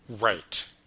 Right